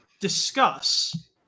discuss